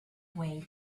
way